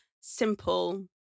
simple